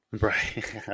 right